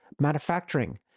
manufacturing